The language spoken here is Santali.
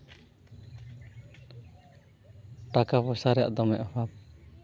ᱴᱟᱠᱟ ᱯᱚᱭᱥᱟ ᱨᱮᱭᱟᱜ ᱫᱚᱢᱮ ᱚᱵᱷᱟᱵ